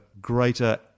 greater